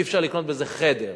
אי-אפשר לקנות בזה חדר.